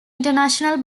international